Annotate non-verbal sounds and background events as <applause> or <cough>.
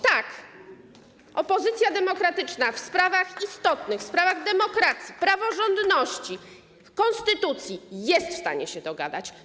Tak - opozycja demokratyczna w sprawach istotnych, w sprawach demokracji, praworządności, <applause> konstytucji jest w stanie się dogadać.